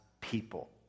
people